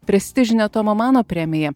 prestižine tomo mano premija